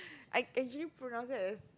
I actually pronounced that as